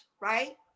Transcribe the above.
right